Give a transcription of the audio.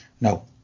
No